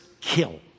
kill